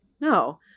no